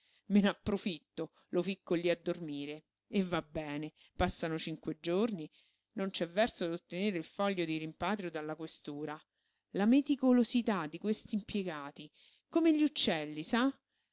mesi me n'approfitto lo ficco lí a dormire e va bene passano cinque giorni non c'è verso d'ottenere il foglio di rimpatrio dalla questura la meticolosità di questi impiegati come gli uccelli sa